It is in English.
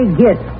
get